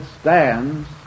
stands